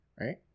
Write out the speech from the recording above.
right